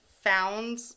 found